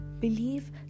Believe